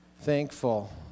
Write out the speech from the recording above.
thankful